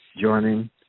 joining